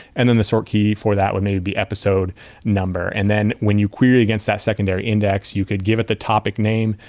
and then the sort key for that would maybe be episode number. and then when you query against that secondary index, you could give it the topic name.